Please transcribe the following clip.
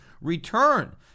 return